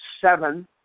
seven